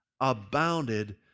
abounded